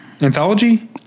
anthology